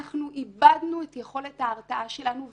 אנחנו איבדנו את יכולת ההרתעה שלנו,